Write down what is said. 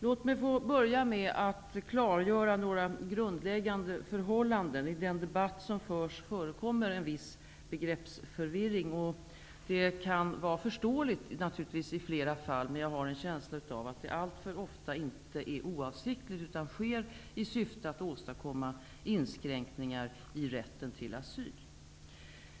Låt mig få börja med att klargöra några grundläggande förhållanden. I den debatt som förs förekommer en viss begreppsförvirring. Det kan naturligtvis vara förståeligt i flera fall, men jag har en känsla av att det alltför ofta inte är oavsiktligt, utan sker i syfte att åstadkomma inskränkningar i rätten till asyl.